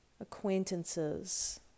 acquaintances